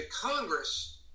Congress